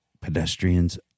Pedestrians